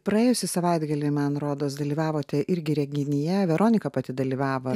praėjusį savaitgalį man rodos dalyvavote irgi renginyje veronika pati dalyvavo